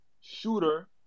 shooter